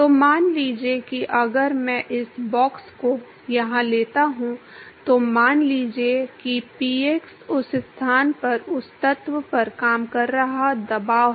तो मान लीजिए कि अगर मैं इस बॉक्स को यहां लेता हूं तो मान लीजिए कि पीएक्स उस स्थान पर उस तत्व पर काम कर रहा दबाव है